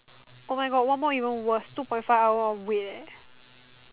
oh my god one more even worse two point five hours of wait eh